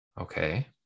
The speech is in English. Okay